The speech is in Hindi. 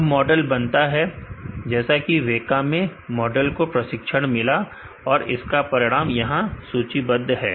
अब मॉडल बनता है जैसा कि वेका मैं मॉडल को प्रशिक्षण मिला है और इसका परिणाम यहां सूचीबद्ध है